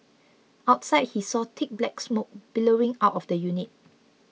outside he saw thick black smoke billowing out of the unit